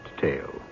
tale